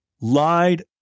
Lied